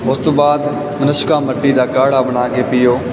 ਉਸ ਤੋਂ ਬਾਅਦ ਅਨੁਸ਼ਕਾ ਮਟੀ ਦਾ ਕਾੜਾ ਬਣਾ ਕੇ ਪੀਓ